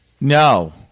no